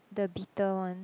the bitter one